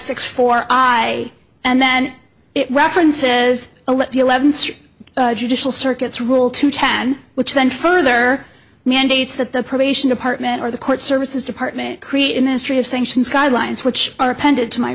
six four i and then it references a let the eleventh judicial circuits rule to ten which then further mandates that the probation department or the court services department create a ministry of sanctions guidelines which are appended to my